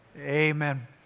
amen